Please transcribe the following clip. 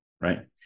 right